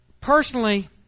Personally